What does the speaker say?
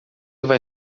vai